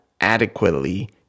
adequately